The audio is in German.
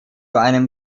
einem